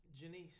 janice